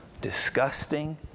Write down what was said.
disgusting